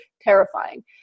terrifying